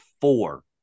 four